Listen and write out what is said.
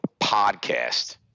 podcast